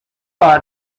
بار